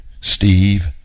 Steve